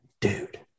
dude